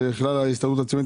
הרשות לפיתוח כלכלי של המיעוטים,